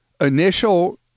Initial